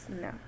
No